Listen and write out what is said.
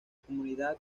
comunidad